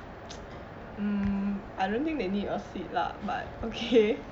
mm I don't think they need your seat lah but okay